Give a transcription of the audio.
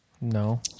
No